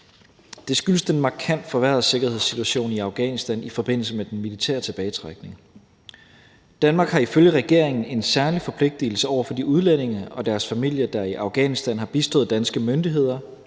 Det skyldes den markant forværrede sikkerhedssituation i Afghanistan i forbindelse med den militære tilbagetrækning. Danmark har ifølge regeringen en særlig forpligtigelse over for de udlændinge og deres familier, der i Afghanistan har bistået danske myndigheder,